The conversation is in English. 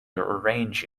arrange